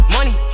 Money